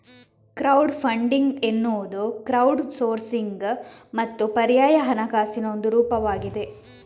crowd funding ಎನ್ನುವುದು crowd sourcing ಮತ್ತು ಪರ್ಯಾಯ ಹಣಕಾಸಿನ ಒಂದು ರೂಪವಾಗಿದೆ